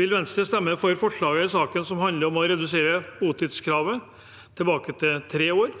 vil Venstre stemme for forslagene i saken som handler om å redusere botidskravet tilbake til tre år,